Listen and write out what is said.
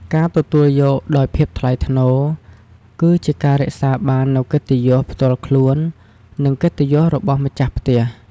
ការទទួលយកដោយភាពថ្លៃថ្នូរ គឺជាការរក្សាបាននូវកិត្តិយសផ្ទាល់ខ្លួន និងកិត្តិយសរបស់ម្ចាស់ផ្ទះ។